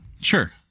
Sure